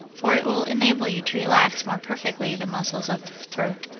for it will enable you to relax more perfectly the muscles of the throat.